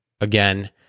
again